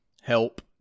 help